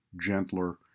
gentler